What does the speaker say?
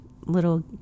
little